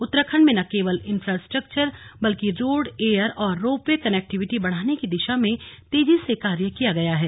उत्तराखण्ड में न केवल इंफ्रास्ट्रक्चर बल्कि रोड एयर और रोप वे कनेक्विटी बढ़ाने की दिशा में तेजी से कार्य किया गया है